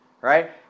right